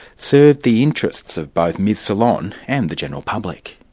served the interests of both ms solon and the general public.